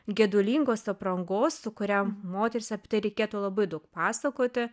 gedulingos aprangos su kuria moteris apie tai reikėtų labai daug pasakoti